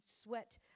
sweat